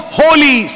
holy